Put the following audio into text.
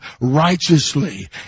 righteously